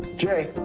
jay.